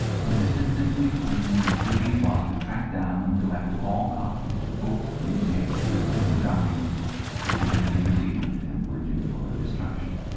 consisted simply of persons whose duty it was to track down and collect all copies of books, newspapers, and other documents which had been superseded and were due for destruction.